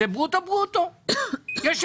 היא ברוטו-ברוטו.